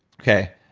okay.